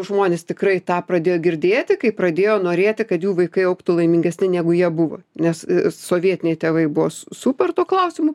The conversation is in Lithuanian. žmonės tikrai tą pradėjo girdėti kai pradėjo norėti kad jų vaikai augtų laimingesni negu jie buvo nes sovietiniai tėvai buvo su super tuo klausimu